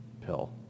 pill